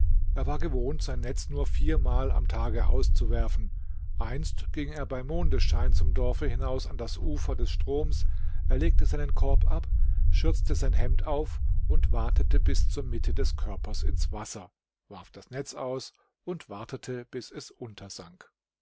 er war gewohnt sein netz nur viermal im tage auszuwerfen einst ging er bei mondesschein zum dorfe hinaus an das ufer des stroms er legte seinen korb ab schürzte sein hemd auf watete bis zur mitte des körpers ins wasser warf das netz aus und wartete bis es untersank